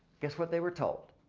guess what they were told?